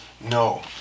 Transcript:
No